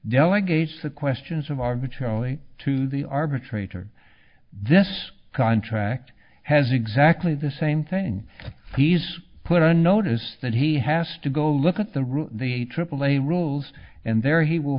delegates the questions of arbitrarily to the arbitrator this contract has exactly the same thing he's put on notice that he has to go look at the rule the aaa rules and there he will